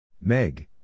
Meg